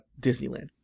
Disneyland